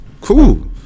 Cool